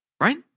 right